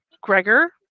Gregor